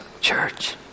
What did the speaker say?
church